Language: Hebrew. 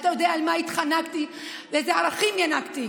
אתה יודע על מה התחנכתי ואיזה ערכים ינקתי.